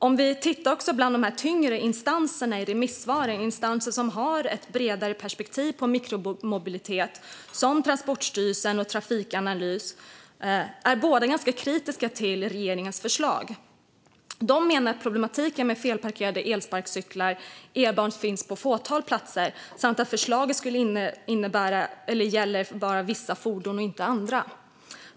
Om vi tittar på remissvaren från de tyngre insatserna, instanser som har ett bredare perspektiv på mikromobilitet, som Transportstyrelsen och Trafikanalys, kan vi se att båda är ganska kritiska till regeringens förslag. De menar att problematiken med felparkerade elsparkcyklar enbart finns på ett fåtal platser samt att förslaget bara skulle gälla vissa fordon och inte andra.